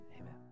Amen